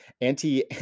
anti